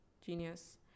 genius